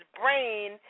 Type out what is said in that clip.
brain